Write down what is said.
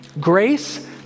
Grace